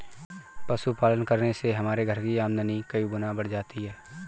पशुपालन करने से हमारे घर की आमदनी कई गुना बढ़ गई है